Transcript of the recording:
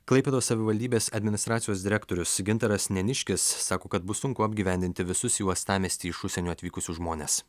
klaipėdos savivaldybės administracijos direktorius gintaras neniškis sako kad bus sunku apgyvendinti visus į uostamiestį iš užsienio atvykusius žmones